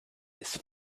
his